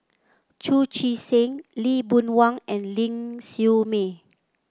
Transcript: Chu Chee Seng Lee Boon Wang and Ling Siew May